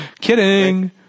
Kidding